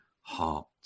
heart